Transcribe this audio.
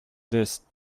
this